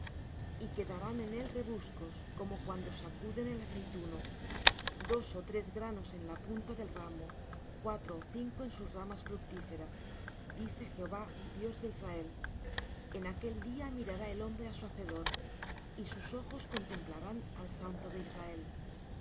y quedarán en él rebuscos como cuando sacuden el aceituno dos ó tres granos en la punta del ramo cuatro ó cinco en sus ramas fructíferas dice jehová dios de israel en aquel día mirará el hombre á su hacedor y sus ojos contemplarán al santo de israel y